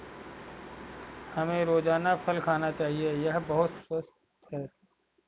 हमें रोजाना फल खाना चाहिए, यह बहुत स्वस्थ है